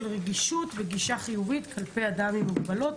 רגישות וגישה חיובית כלפי אדם עם מוגבלות,